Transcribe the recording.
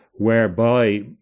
whereby